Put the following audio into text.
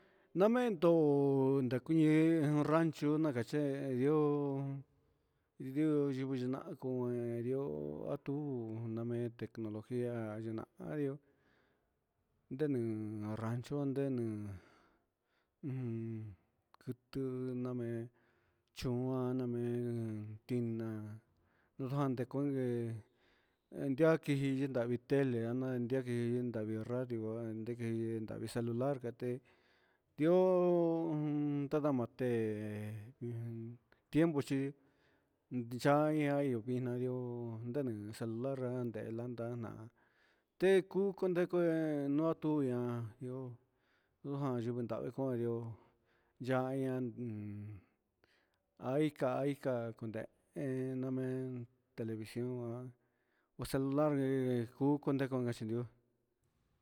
Namento ndakuñe rancho nakacho, idio kikuniña ndi'ó nakuxhio atu namen tecnologia ayinarió, ndenu rancho ndenu kutunio chón jan namen tiná ndavi kongue endiami ndavi tele ndeki nravi radio ndeko nravi celular ndagade di'ó un nandamate tiempo chi nadia ihó tuvinario nadia celular ndela na'a tegu kondekuen no tio nda ndo ndojan yuku nravi jadi'ó, nayan jun aika ika ndeen namen televición, hó celular ngue ku kunrachi nguió.